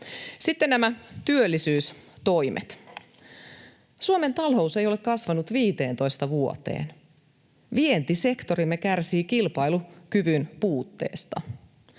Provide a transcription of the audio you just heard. Sitten nämä työllisyystoimet: Suomen talous ei ole kasvanut 15 vuoteen. Vientisektorimme kärsii kilpailukyvyn puutteesta.